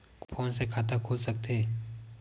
Phone से खाता खुल सकथे?